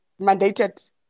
mandated